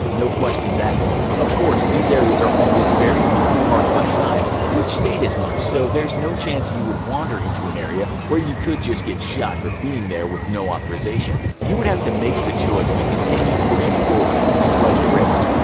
no questions asked. of course these areas are always very clearly marked by signs which state as much, so there's no chance you you would wander into an area where you could get shot just for being there with no authorization, you would have to make the choice to continue pushing forward despite the risks.